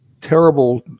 terrible